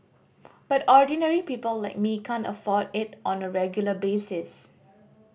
but ordinary people like me can't afford it on a regular basis